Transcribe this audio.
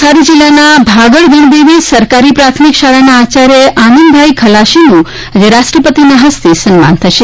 નવસારી જિલ્લાના ભાગડ ગણદેવી સરકારી પ્રાથમિક શાળાના આચાર્ય આનંદભાઈ ખલાસીનું રાષ્ટ્રપતિના હસ્તે સન્માન થશે